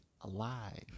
alive